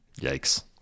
yikes